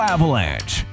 Avalanche